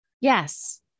Yes